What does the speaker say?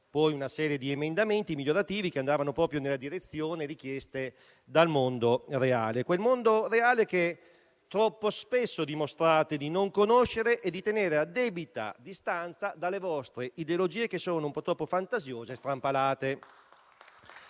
poi, una serie di emendamenti migliorativi che andavano proprio nella direzione richiesta dal mondo reale; da quel mondo reale che troppo spesso dimostrate di non conoscere e di tenere a debita distanza dalle vostre ideologie, che sono un po' troppo fantasiose e strampalate